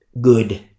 good